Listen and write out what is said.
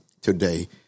today